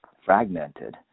fragmented